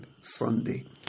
Sunday